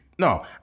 No